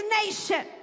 nation